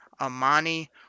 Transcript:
Amani